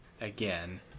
Again